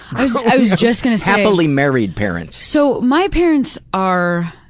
i was just gonna say. happily married parents. so my parents are